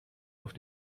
auf